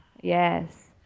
yes